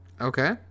Okay